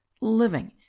living